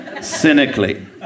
cynically